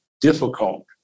difficult